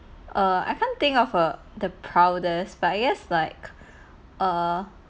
err I can't think of a the proudest but I guess like err